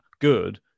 good